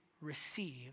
receive